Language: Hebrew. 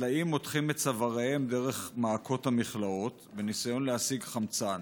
הטלאים מותחים את צוואריהם דרך מעקות המכלאות בניסיון להשיג חמצן.